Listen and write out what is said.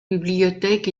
bibliothèques